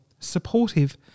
Supportive